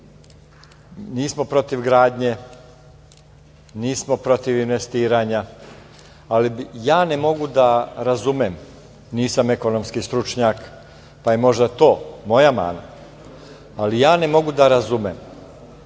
protiv gradnje, nismo protiv investiranja, ali ja ne mogu da razumem, nisam ekonomski stručnjak, pa je možda to moja mana, ali ja ne mogu da razumem